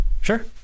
Sure